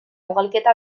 ugalketa